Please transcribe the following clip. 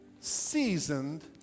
seasoned